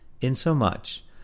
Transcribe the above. insomuch